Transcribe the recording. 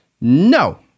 no